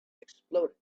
exploded